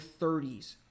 30s